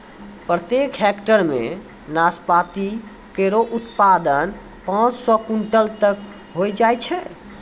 प्रत्येक हेक्टेयर म नाशपाती केरो उत्पादन पांच सौ क्विंटल तक होय जाय छै